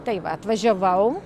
tai va atvažiavau